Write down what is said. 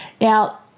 Now